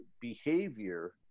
behavior